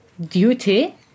duty